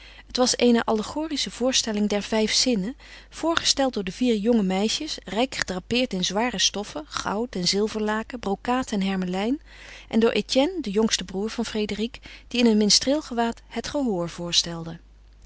het was eene allegorische voorstelling der vijf zinnen voorgesteld door de vier jonge meisjes rijk gedrapeerd in zware stoffen goud en zilverlaken brokaat en hermelijn en door etienne den jongsten broêr van frédérique die in een minstreelgewaad het gehoor voorstelde